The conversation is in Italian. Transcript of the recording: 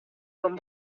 con